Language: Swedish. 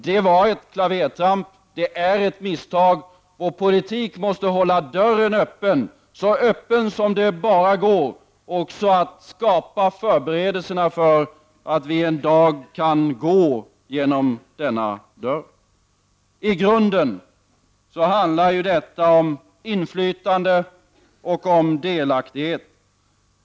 Det var ett klavertramp och ett misstag. Vår politik måste hålla dörren öppen, så öppen som det bara går, och man måste göra förberedelser så att vi en dag kan gå genom denna dörr. I grunden handlar detta om inflytande och delaktighet.